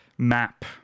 map